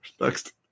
next